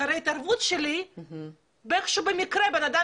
אחרי התערבות שלי איכשהו במקרה בן אדם